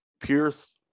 Pierce